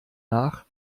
nach